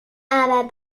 aber